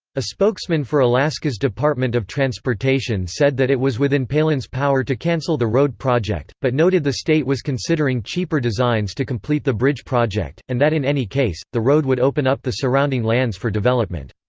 a spokesman for alaska's department of transportation said that it was within palin's power to cancel the road project, but noted the state was considering cheaper designs to complete the bridge project, and that in any case, the road would open up the surrounding lands for development.